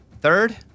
Third